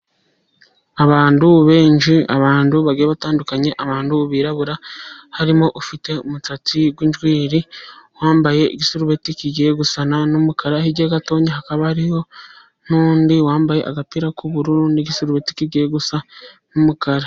Abantu benshi, abantu bagiye batandukanye, abantu birabura harimo ufite umusatsi w'injwiri, wambaye igisurubeti kigiye gusa n'umukara, hirya gatoya hakaba hari n'undi wambaye agapira k'ubururu n'igisarubeti kigiye gusa n'umukara.